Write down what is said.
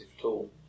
tool